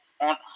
on